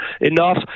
enough